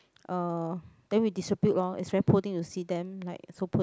uh then we distribute lor it's very poor thing to see them like so poor